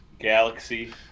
Galaxy